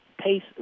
Pace